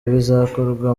bikazakorwa